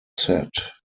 set